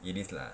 it is lah